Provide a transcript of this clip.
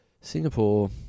Singapore